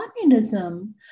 communism